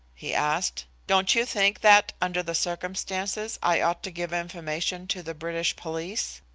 he asked. don't you think that, under the circumstances, i ought to give information to the british police?